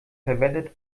verwendet